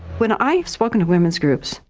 when i've spoken to women's groups,